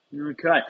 Okay